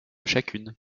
chacune